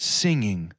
singing